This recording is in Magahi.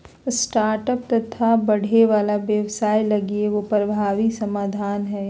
स्टार्टअप्स तथा बढ़े वाला व्यवसाय लगी एगो प्रभावी समाधान हइ